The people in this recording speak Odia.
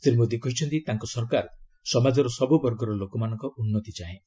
ଶ୍ରୀ ମୋଦୀ କହିଛନ୍ତି ତାଙ୍କ ସରକାର ସମାଜର ସବୁବର୍ଗର ଲୋକଙ୍କ ଉନ୍ନତି ଚାହେଁ